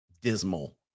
dismal